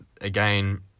again